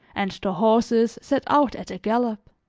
and the horses set out at a gallop.